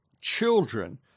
children